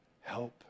help